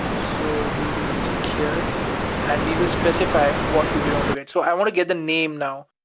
so we will click here and we will specify what do we want to get. so i want to get the name now.